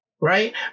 right